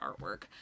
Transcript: artwork